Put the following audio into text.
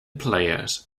players